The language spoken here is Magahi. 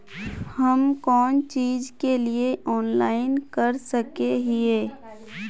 हम कोन चीज के लिए ऑनलाइन कर सके हिये?